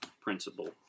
principle